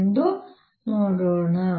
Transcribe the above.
ಎಂಬುದನ್ನು ನೋಡೋಣ